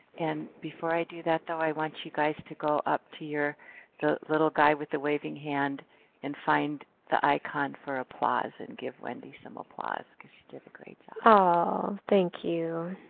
and before i do that, though, i want you guys to go up to your little guy with the waving hand and find the icon for applause and give wendy some applause because she did a great job. ah thank you.